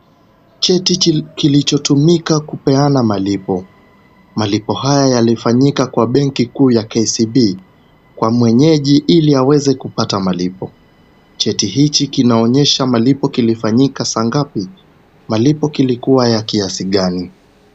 Cheti kilichotumika kupeana malipo. Malipo haya yalifanyika kwa benki kuu ya KCB kwa mwenyeji ili aweze kupata malipo. Cheti hiki kinaonyesha malipo kilifanyika saa ngapi. Malipo kilikuwa ya kiasi gani.